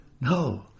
No